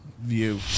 view